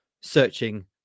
searching